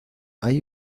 hay